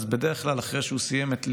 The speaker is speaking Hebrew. בדרך כלל אחרי שהוא סיים את לימודיו,